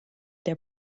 der